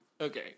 Okay